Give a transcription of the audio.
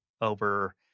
over